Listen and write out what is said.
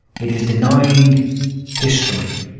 it is denying history.